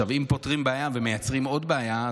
אם פותרים בעיה ומייצרים עוד בעיה,